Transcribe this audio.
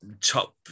top